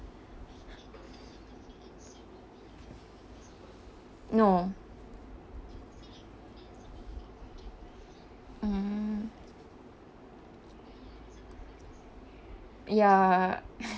no mm ya